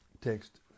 Text